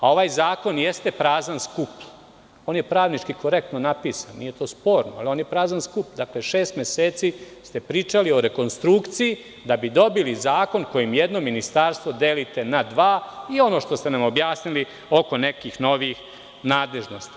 Ovaj zakon jeste prazan skup, on je pravnički i korektno napisan, nije to sporno i šest meseci ste pričali o rekonstrukciji, da bi dobili zakon kojim jedno ministarstvo delite na dva i ono što ste nam objasnili oko nekih novih nadležnosti.